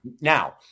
Now